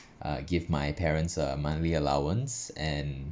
uh give my parents a monthly allowance and